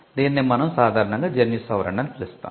దీన్నే మనం సాధారణంగా జన్యు సవరణ అని పిలుస్తాము